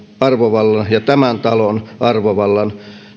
arvovallan ja tämän talon arvovallan